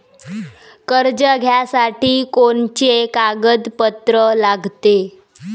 कर्ज घ्यासाठी कोनचे कागदपत्र लागते?